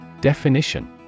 Definition